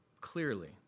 clearly